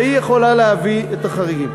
והיא יכולה להביא את החריגים.